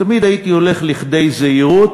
ותמיד הייתי הולך לכדי זהירות.